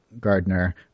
Gardner